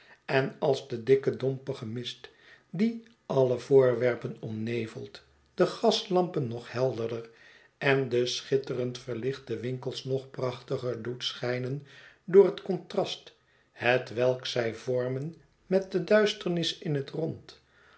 en als de dikke dompige mist die alle voorwerpen omnevelt de gaslampen nog helderder en de schitterend verlichte winkels nog prachtiger doet schijnen door het contrast hetwelk zij vormen met de duisternis in het rond